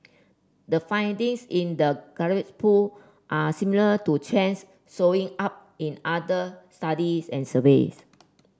the findings in the poll are similar to trends showing up in other studies and surveys